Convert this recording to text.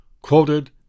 quoted